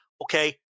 okay